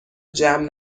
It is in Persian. جمع